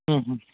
ಹ್ಞೂ ಹ್ಞೂ